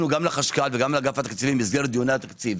לחשכ"ל וגם לאגף התקציבים במסגרת דיוני התקציב,